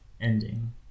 ending